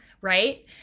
right